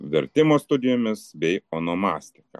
vertimo studijomis bei onomastika